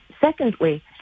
secondly